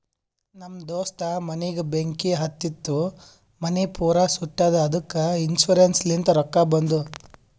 ನಮ್ ದೋಸ್ತ ಮನಿಗ್ ಬೆಂಕಿ ಹತ್ತಿತು ಮನಿ ಪೂರಾ ಸುಟ್ಟದ ಅದ್ದುಕ ಇನ್ಸೂರೆನ್ಸ್ ಲಿಂತ್ ರೊಕ್ಕಾ ಬಂದು